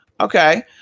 Okay